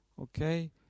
Okay